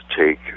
take